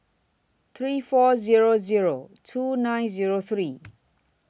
three four Zero Zero two nine Zero three